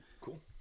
Cool